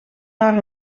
naar